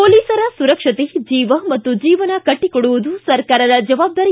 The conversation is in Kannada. ಮೊಲೀಸರ ಸುರಕ್ಷತೆ ಜೀವ ಮತ್ತು ಜೀವನ ಕಟ್ಟಿಕೊಡುವುದು ಸರ್ಕಾರದ ಜವಾಬ್ದಾರಿ